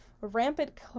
rampant